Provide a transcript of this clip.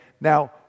Now